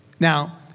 Now